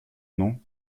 non